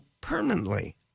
permanently